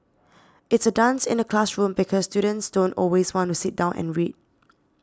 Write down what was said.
it's a dance in the classroom because students don't always want to sit down and read